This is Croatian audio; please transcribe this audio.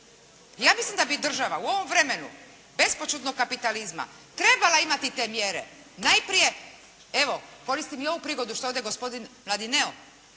Ja mislim da bi država u ovom vremenu …/Govornik se ne razumije./… kapitalizma trebala imati te mjere. Najprije evo, koristim i ovu prigodu što je ovdje gospodin Mladineo,